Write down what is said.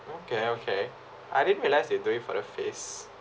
okay okay I didn't realize they're doing for the face